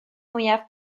mwyaf